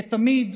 כתמיד,